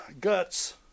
guts